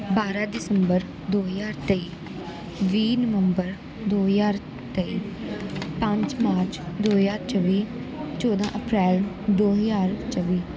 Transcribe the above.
ਬਾਰਾਂ ਦਸੰਬਰ ਦੋ ਹਜ਼ਾਰ ਤੇਈ ਵੀਹ ਨਵੰਬਰ ਦੋ ਹਜ਼ਾਰ ਤੇਈ ਪੰਜ ਮਾਰਚ ਦੋ ਹਜ਼ਾਰ ਚੌਵੀ ਚੌਦਾਂ ਅਪ੍ਰੈਲ ਦੋ ਹਜ਼ਾਰ ਚੌਵੀ